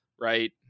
right